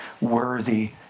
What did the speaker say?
Worthy